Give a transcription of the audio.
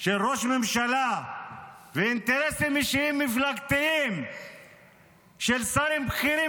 של ראש ממשלה ואינטרסים אישיים מפלגתיים של שרים בכירים